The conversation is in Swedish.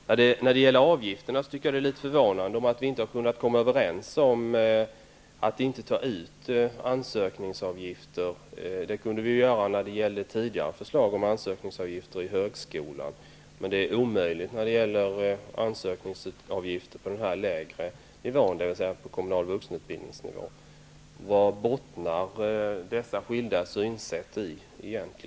Beträffande avgifterna är det litet förvånande att vi inte har kunnat komma överens om att inte ta ut ansökningsavgifter. Det kunde vi göra när det gällde tidigare förslag om ansökningsavgifter i högskolan, men det är omöjligt när det gäller ansökningsavgifter på den här lägre nivån när det gäller kommunal vuxenutbildning. Vad bottnar dessa skilda synsätt i?